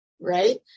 right